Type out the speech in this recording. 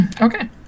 Okay